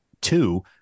Two